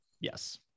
Yes